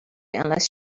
unless